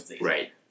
Right